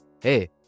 Hey